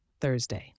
Thursday